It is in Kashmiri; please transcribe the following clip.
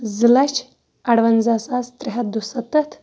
زٕ لَچھ اَروَنزَہ ساس ترٛےٚ ہَتھ دُسَتَتھ